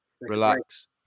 relax